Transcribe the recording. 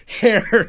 hair